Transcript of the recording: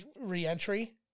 reentry